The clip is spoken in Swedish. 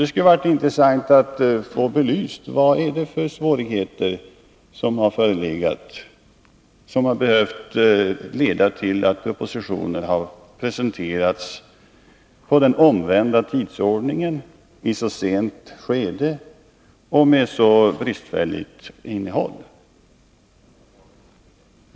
Det skulle ha varit intressant att få belyst vad det är för svårigheter som har förelegat och som har behövt leda till att propositioner 3 Riksdagens protokoll 1981/82:162-163 har presenterats i omvänd tidsordning, i så sent skede och med så bristfälligt innehåll.